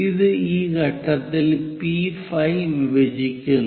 ഇത് ഈ ഘട്ടത്തിൽ പി 5 വിഭജിക്കുന്നു